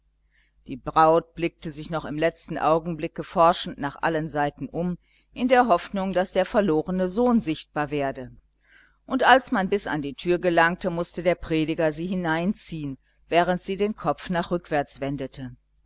die braut blickte sich noch im letzten augenblicke forschend nach allen seiten um in der hoffnung daß der verlorene sohn sichtbar werde und als man bis an die tür gelangte mußte der prediger sie hineinziehen während sie den kopf nach rückwärts wendete